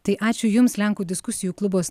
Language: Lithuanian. tai ačiū jums lenkų diskusijų klubo